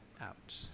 out